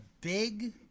big